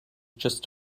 just